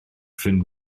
ffrind